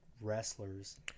wrestlers